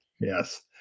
Yes